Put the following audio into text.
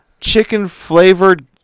chicken-flavored